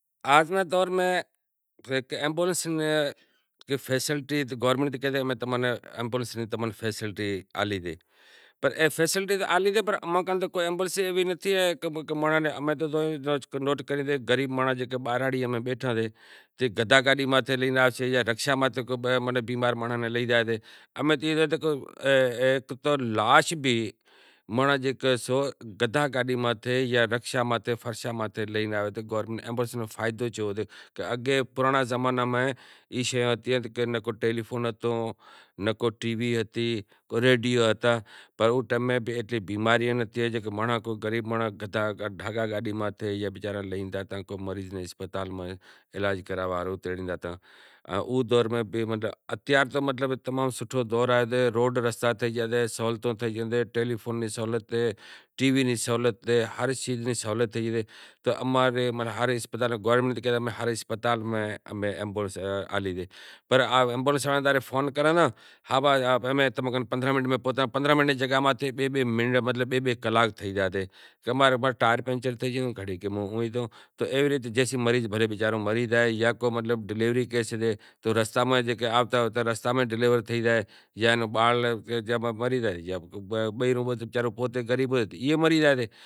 آج نے دور میں ہیک ایمبولینس میں ہیک فیسلٹی گورمینٹ ڈیدہی کہ تماں نیں ای فیسلٹی آلے ڈے پنڑ اماں کن ایہڑی ایمبولینس نتھی جو غریب مانڑاں مانڑاں جیکے بہراڑی میں بیٹھا سے جیکو گڈاہ گاڈی متھے لے زائیں یا ہیک رکشا ماتھے فرش ماتھے لے زائیں تو ایمبولینس نو فائدو چیوو سے اگے پرانڑا زمانا میں ای شے ہتی کہ نکو ٹیلیفون ہتی نکو ریڈیو ہتو اتے تو مطلب سوٹھا دور آوے گیا روڈ رستا ٹھئی گیا ٹیلیفون نی سہولیت تھے گئی مطلب ہر سیز نی سہولیت تھے گئی۔ تو گورمینٹ کہے امیں ہر اسپتال میں ایمبولینس نی سہولیت آلے گئی پنڑ ایمبولینس ناں فون کراں تا تو پندرایہں منٹ میں پوہتا تو پندراہ منٹ ماں بئے بئے کلاک تھئی زائیں پسے مریض وچارو بھلیں مری زائے یا کو مطلب ڈلیوری کہے سگھیں یا باڑ مری زائے